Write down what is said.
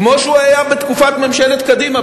כמו שהוא היה בתקופת ממשלת קדימה,